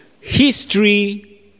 history